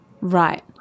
right